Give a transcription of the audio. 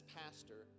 pastor